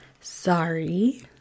Sorry